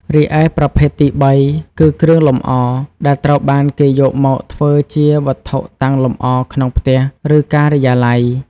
រីឯប្រភេទទីបីគឺ គ្រឿងលម្អ ដែលត្រូវបានគេយកមកធ្វើជាវត្ថុតាំងលម្អក្នុងផ្ទះ ឬការិយាល័យ។